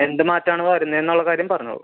എന്ത് മാറ്റമാണ് വരുന്നതെന്നുള്ള കാര്യം പറഞ്ഞോളു